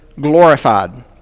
glorified